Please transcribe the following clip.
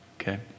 okay